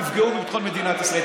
תפגעו בביטחון מדינת ישראל.